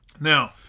Now